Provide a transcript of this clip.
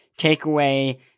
takeaway